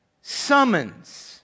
summons